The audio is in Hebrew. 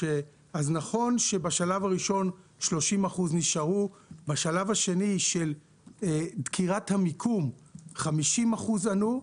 בשלב הראשון 30% נשארו, בשלב השני כבר 50% נענו.